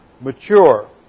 mature